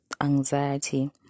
anxiety